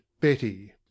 betty